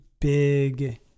big